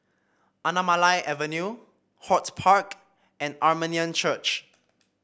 Anamalai Avenue Hort Park and Armenian Church